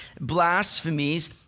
blasphemies